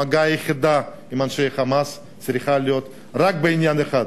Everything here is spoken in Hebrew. המגע היחיד עם אנשי "חמאס" צריך להיות רק בעניין אחד,